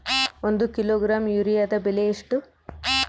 ಒಂದು ಕಿಲೋಗ್ರಾಂ ಯೂರಿಯಾದ ಬೆಲೆ ಎಷ್ಟು?